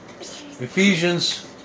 Ephesians